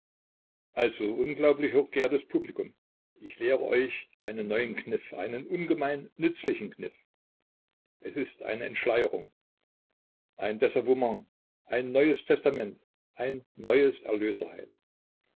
also unglaublich hochgeehrtes publikum ich lehre euch einen neuen kniff einen ungemein nützlichen kniff es ist eine entschleierung ein desavouement ein neues testament ein neues